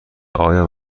آیا